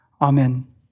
Amen